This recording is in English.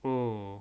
oh